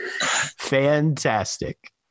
Fantastic